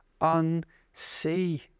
unsee